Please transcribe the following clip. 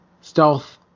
Stealth